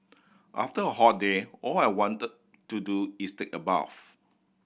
after a hot day all I want to do is take a bath